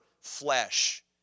flesh